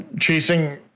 chasing